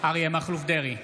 מכלוף דרעי,